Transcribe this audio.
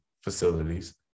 facilities